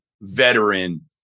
veteran